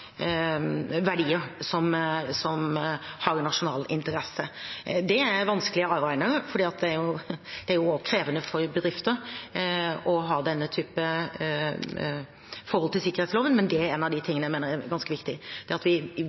verdier som har nasjonal interesse. Det er vanskelige avveininger fordi det er krevende for bedrifter å ha denne type forhold til sikkerhetsloven. Men det er en av de tingene jeg mener er ganske viktig, at vi utvider horisonten for hvem som skal melde. Det andre er